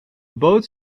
boot